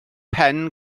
pen